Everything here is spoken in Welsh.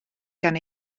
gan